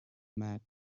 mat